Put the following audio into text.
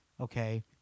okay